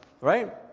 right